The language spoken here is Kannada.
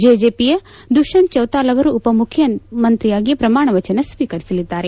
ಜೆಜೆಪಿಯ ದುಷ್ಟಂತ್ ಚೌತಾಲ ಅವರು ಉಪಮುಖ್ಚಮಂತ್ರಿಯಾಗಿ ಪ್ರಮಾಣ ವಚನ ಸ್ವೀಕರಿಸಲಿದ್ದಾರೆ